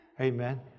Amen